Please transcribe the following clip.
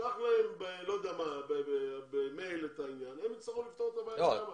ישלח להם במייל והם יצטרכו לפתור את הבעיה.